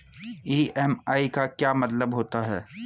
EMI का क्या मतलब होता है?